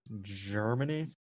Germany